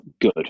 good